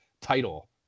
title